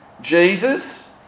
Jesus